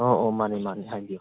ꯑꯣ ꯑꯣ ꯃꯥꯅꯤ ꯃꯥꯅꯤ ꯍꯥꯏꯕꯤꯌꯨ